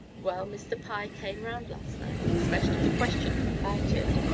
well, mr. pye came round last night, especially to question him about it.